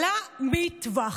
למטווח.